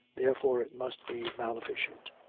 therefore it must be maleficent.